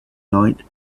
night